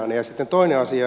sitten toinen asia